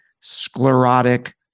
sclerotic